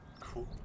cool